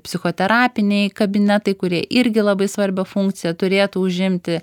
psichoterapiniai kabinetai kurie irgi labai svarbią funkciją turėtų užimti